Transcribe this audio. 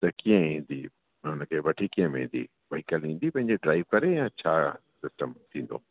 त कीअं ईंदी ऐं हुन खे वठी कीअं वेंदी ॿई करे ईंदी ड्राइव करे या छा सिस्टम थींदो